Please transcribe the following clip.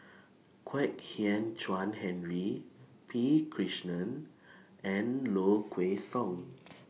Kwek Hian Chuan Henry P Krishnan and Low Kway Song